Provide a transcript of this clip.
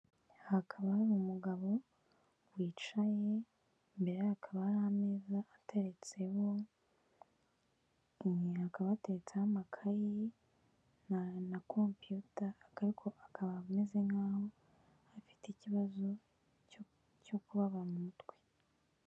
Hakaba hari umugabo wicaye imbere ye hakaba hari ameza ateretseho hakaba hateretse ho amakayi na compiyuta ariko akaba ameze nkaho'aho afite ikibazo cyo kubara umutwe.